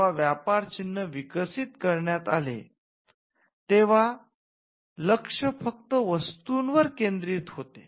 जेव्हा व्यापार चिन्ह विकसित करण्यात आले तेव्हा लक्ष फक्त वस्तूंवर केंद्रित होते